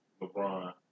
LeBron